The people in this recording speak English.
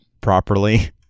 properly